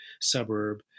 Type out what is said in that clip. suburb